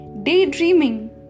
daydreaming